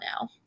now